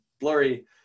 blurry